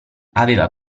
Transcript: aveva